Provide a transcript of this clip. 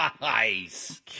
Nice